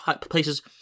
places